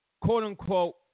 quote-unquote